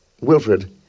Wilfred